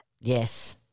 Yes